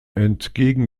entgegen